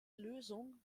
lösung